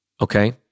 okay